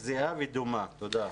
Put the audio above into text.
תודה.